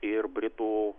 ir britų